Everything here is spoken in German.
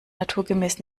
naturgemäß